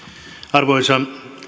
arvoisa